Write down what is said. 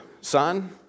son